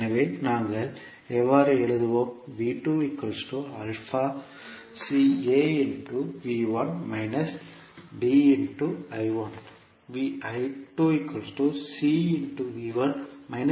எனவே நாங்கள் எவ்வாறு எழுதுவோம்